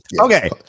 Okay